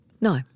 No